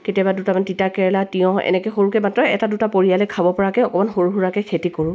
কেতিয়াবা দুটামান তিতাকেৰেলা তিঁয়হ এনেকৈ সৰুকৈ মাত্ৰ এটা দুটা পৰিয়ালে খাব পৰাকৈ অকণমান সৰুসুৰাকৈ খেতি কৰোঁ